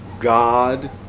God